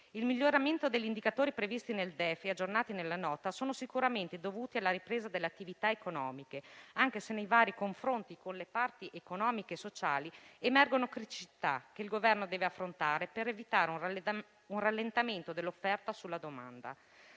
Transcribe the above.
Il miglioramento degli indicatori previsti nel DEF e aggiornati nella Nota è sicuramente dovuto alla ripresa delle attività economiche, anche se nei vari confronti con le parti economiche e sociali emergono criticità che il Governo deve affrontare, per evitare un rallentamento dell'offerta sulla domanda.